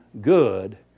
good